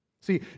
See